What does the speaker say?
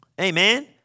Amen